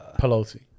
Pelosi